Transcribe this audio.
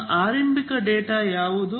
ನಿಮ್ಮ ಆರಂಭಿಕ ಡೇಟಾ ಯಾವುದು